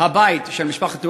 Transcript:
הבית של משפחת דוואבשה,